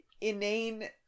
inane